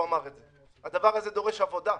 הדבר הזה דורש עבודה,